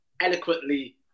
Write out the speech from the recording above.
eloquently